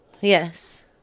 Yes